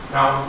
Now